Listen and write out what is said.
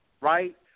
right